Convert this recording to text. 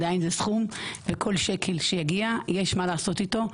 עדיין זה סכום, וכל שקל שיגיע יש מה לעשות איתו.